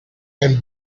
and